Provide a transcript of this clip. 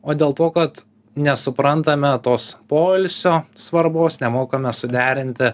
o dėl to kad nesuprantame tos poilsio svarbos nemokame suderinti